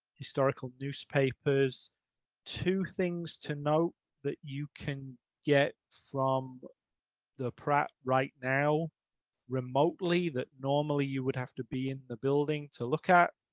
historical newspapers two things to note that you can get from the pratt right now remotely that normally you would have to be in the building to look at